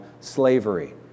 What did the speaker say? slavery